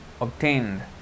Obtained